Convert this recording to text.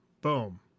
boom